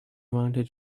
wanted